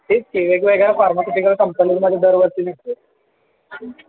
तेच की वेगवेगळ्या फार्मस्युटिकल कंपनीजमध्ये दरवर्षी नेतात